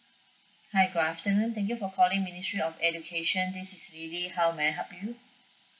hi good afternoon think you for calling ministry of education this is lily how may I help you